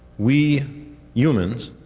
we humans,